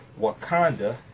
Wakanda